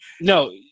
No